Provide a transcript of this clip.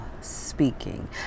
speaking